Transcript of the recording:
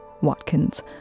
Watkins